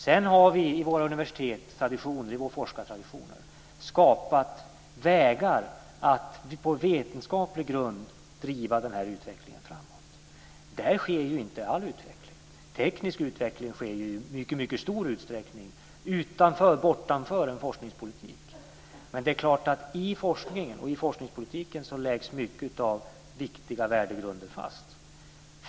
Sedan har vi i våra forskartraditioner vid våra universitet skapat vägar att på vetenskaplig grund driva denna utveckling framåt. Där sker ju inte all utveckling. Teknisk utveckling sker ju i mycket stor utsträckning utanför forskningspolitiken. Men det är klart att i forskningen och i forskningspolitiken läggs många viktiga värdegrunder fast.